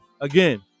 Again